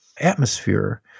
atmosphere